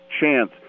chance